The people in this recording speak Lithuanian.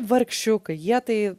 vargšiukai jie tai